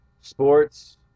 sports